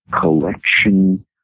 collection